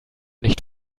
nicht